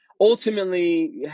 ultimately